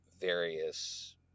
various